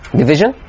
division